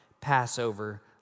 Passover